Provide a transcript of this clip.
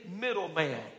Middleman